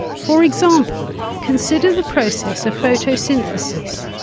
for example, consider the process of photosynthesis.